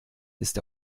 ist